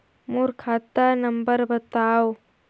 मोर खाता नम्बर बताव?